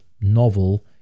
novel